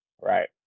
right